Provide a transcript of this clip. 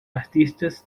artistas